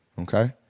Okay